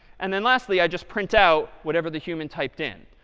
and then lastly, i just print out whatever the human typed in.